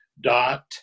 dot